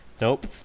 Nope